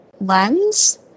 lens